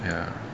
ya